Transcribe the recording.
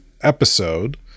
episode